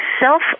self